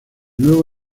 nuevo